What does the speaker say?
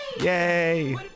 yay